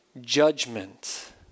judgment